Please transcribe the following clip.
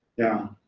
yeah.